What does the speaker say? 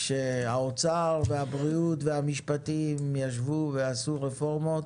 כשהאוצר והבריאות והמשפטים ישבו ועשו רפורמות,